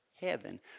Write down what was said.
heaven